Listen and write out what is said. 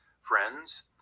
friends